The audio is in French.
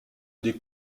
des